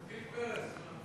פרס.